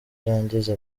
arangiza